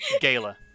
Gala